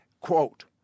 quote